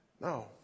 No